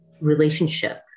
relationship